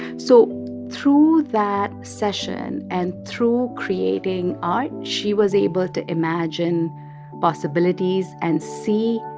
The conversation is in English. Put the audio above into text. so through that session and through creating art, she was able to imagine possibilities and see